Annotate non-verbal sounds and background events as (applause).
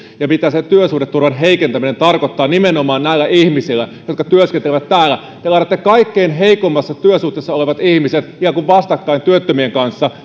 ja mitä se työsuhdeturvan heikentäminen tarkoittaa näillä ihmisillä jotka työskentelevät täällä te laitatte kaikkein heikoimmassa työsuhteessa olevat ihmiset ikään kuin vastakkain työttömien kanssa (unintelligible)